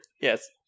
Yes